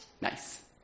nice